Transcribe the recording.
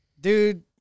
dude